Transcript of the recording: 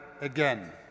again